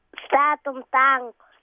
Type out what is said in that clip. statom tankus